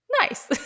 nice